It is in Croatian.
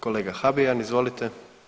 Kolega Habijan, izvolite.